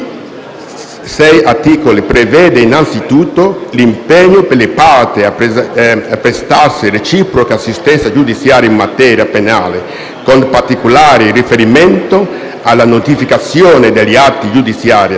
articoli, prevede innanzitutto l'impegno per le parti a prestarsi reciproca assistenza giudiziaria in materia penale, con particolare riferimento alla notificazione degli atti giudiziari,